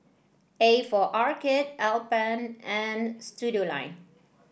A for Arcade Alpen and Studioline